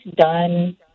done